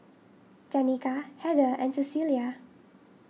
Danika Heather and Cecilia